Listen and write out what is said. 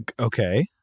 Okay